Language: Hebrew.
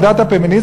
על דת הפמיניזם,